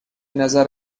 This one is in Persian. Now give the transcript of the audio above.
نظر